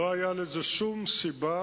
לא היתה שום סיבה